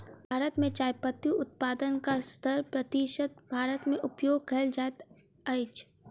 भारत मे चाय पत्ती उत्पादनक सत्तर प्रतिशत भारत मे उपयोग कयल जाइत अछि